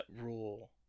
rule